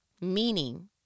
meaning